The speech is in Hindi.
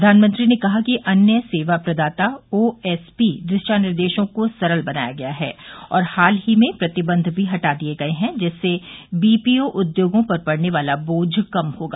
प्रधानमंत्री ने कहा कि अन्य सेवा प्रदाता ओएसपी दिशानिर्देशों को सरल बनाया गया है और हाल ही में प्रतिबंध भी हटा दिए गए हैं जिससे बीपीओ उद्योगों पर पड़ने वाला बोझ कम होगा